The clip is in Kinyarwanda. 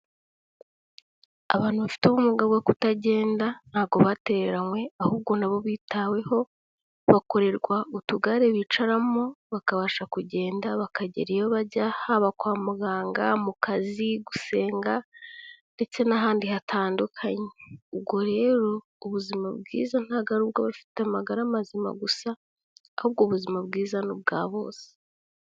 Abantu bafite ubumuga bwo kutagenda ntabwo batereranywe, ahubwo na bo bitaweho bakorerwa utugare bicaramo, bakabasha kugenda bakagera iyo bajya, haba kwa muganga, mu kazi, gusenga ndetse n'ahandi hatandukanye, ubwo rero ubuzima bwiza ntabwo ari ubwo abafite amagara mazima gusa ahubwo ubuzima bwiza ni ubwa bose.